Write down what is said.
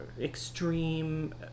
extreme